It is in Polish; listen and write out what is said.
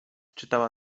czytała